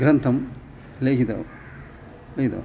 ग्रन्थं लिखितवान् लिखितवान्